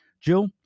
Jill